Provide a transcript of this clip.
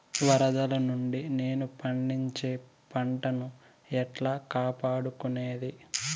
వరదలు నుండి నేను పండించే పంట ను ఎట్లా కాపాడుకునేది?